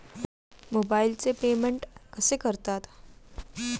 मोबाइलचे पेमेंट कसे करतात?